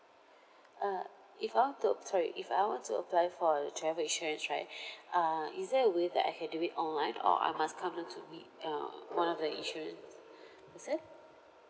uh if I want to sorry if I want to apply for the travel insurance right uh is there a way that I can do it online or I must come down to the uh one of the insurance is it